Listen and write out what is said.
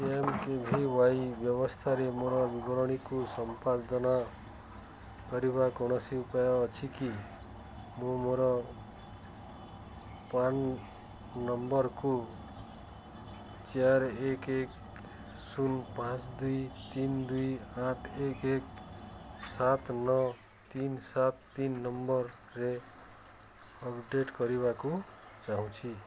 P M K V Y ବ୍ୟବସ୍ଥାରେ ମୋର ବିବରଣୀକୁ ସମ୍ପାଦନା କରିବାର କୌଣସି ଉପାୟ ଅଛି କି ମୁଁ ମୋର ନମ୍ବରକୁ ଚାରି ଏକ ଏକ ଶୂନ ପାଞ୍ଚ ଦୁଇ ତିନି ଦୁଇ ଆଠ ଏକ ଏକ ସାତ ନଅ ତିନି ସାତ ତିନି ନମ୍ବରରେ ଅପଡ଼େଟ୍ କରିବାକୁ ଚାହୁଁଛି